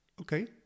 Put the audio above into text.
okay